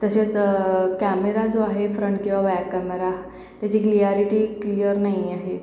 तसेच कॅमेरा जो आहे फ्रन्ट किंवा बॅक कॅमेरा त्याची ग्लियारीटी क्लीयर नाही आहे